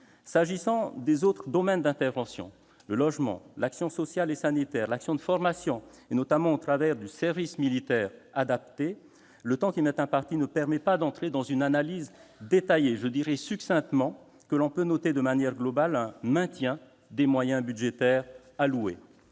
S'agissant des autres domaines d'intervention- logement, action sociale et sanitaire, action de formation, notamment au travers du service militaire adapté -, le temps qui m'est imparti ne permet pas d'entrer dans une analyse détaillée. J'indiquerai succinctement que l'on peut relever dans l'ensemble un maintien des moyens budgétaires alloués.